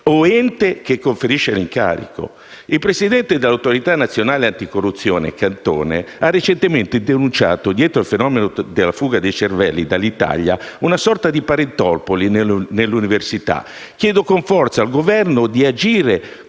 o ente che conferisce l'incarico». Il presidente dell'autorità nazionale anticorruzione Cantone ha recentemente denunciato, dietro al fenomeno della fuga di cervelli dall'Italia, una sorta di parentopoli nelle università. Chiedo con forza al Governo di agire